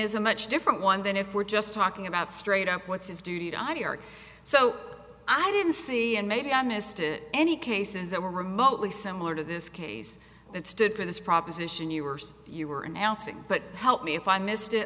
is a much different one than if we're just talking about straight up what's his duty to i d r so i didn't see and maybe i missed it any cases that were remotely similar to this case that stood for this proposition you were you were announcing but help me if i missed it